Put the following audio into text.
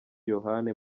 yohani